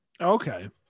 okay